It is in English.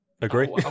Agree